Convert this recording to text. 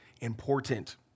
important